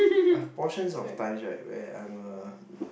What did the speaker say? I have portions of time right where I'm a